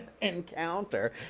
encounter